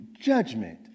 judgment